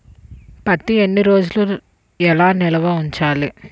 పత్తి ఎన్ని రోజులు ఎలా నిల్వ ఉంచాలి?